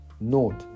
note